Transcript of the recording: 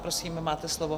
Prosím, máte slovo.